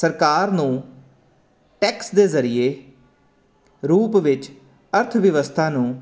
ਸਰਕਾਰ ਨੂੰ ਟੈਕਸ ਦੇ ਜ਼ਰੀਏ ਰੂਪ ਵਿੱਚ ਅਰਥ ਵਿਵਸਥਾ ਨੂੰ